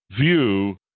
view